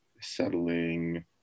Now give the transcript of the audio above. settling